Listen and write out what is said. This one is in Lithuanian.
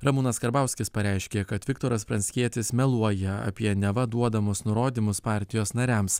ramūnas karbauskis pareiškė kad viktoras pranckietis meluoja apie neva duodamus nurodymus partijos nariams